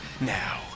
Now